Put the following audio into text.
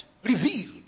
Revealed